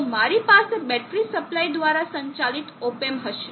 તો મારી પાસે બેટરી સપ્લાય દ્વારા સંચાલિત op amp હશે